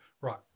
Right